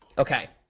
ok.